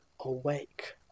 awake